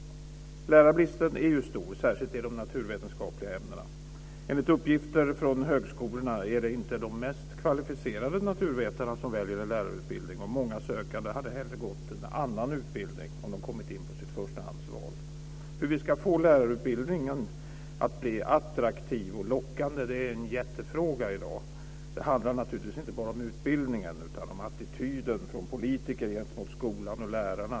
Lärarbristen är stor, särskilt i de naturvetenskapliga ämnena. Enligt uppgifter från högskolorna är det inte de mest kvalificerade naturvetarna som väljer en lärarutbildning. Många sökande hade hellre gått en annan utbildning om de hade kommit in på sitt förstahandsval. Hur vi ska få lärarutbildningen att bli attraktiv och lockande är en jättefråga i dag. Det handlar naturligtvis inte bara om utbildningen, utan om attityder från politiker gentemot skolan och lärarna.